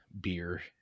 beer